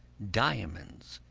diamonds,